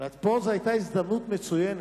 ופה זו היתה הזדמנות מצוינת,